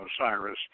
Osiris